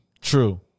True